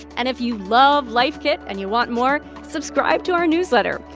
and if you love life kit and you want more, subscribe to our newsletter.